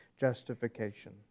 justification